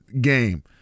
game